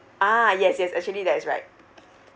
ah yes yes actually that is right